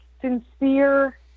sincere